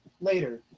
later